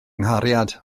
nghariad